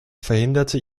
verhinderte